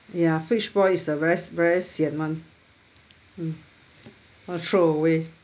ya fish ball is the very very sian [one] mm want to throw away